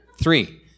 Three